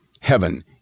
heaven